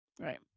Right